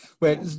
wait